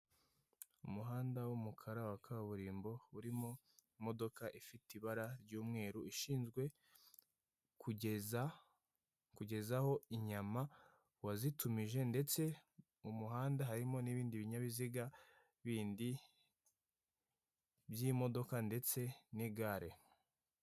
Umuhanda w'umukara wa kaburimbo urimo imodoka ifite ibara ry'umweru ishinzwe kugezaho inyama uwazitumije ndetse mu muhanda harimo n'ibindi binyabiziga bindi by'imodoka ndetse n'igare.